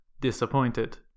disappointed